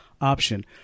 option